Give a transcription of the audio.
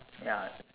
ya